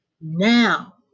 Now